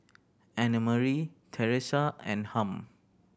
Annemarie Terese and Harm